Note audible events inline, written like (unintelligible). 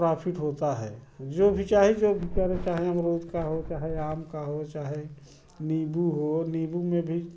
profit होता है जो भी चाही जो (unintelligible) अमरुद का हो चाहे आम का हो चाहे निम्बू हो निम्बू में भी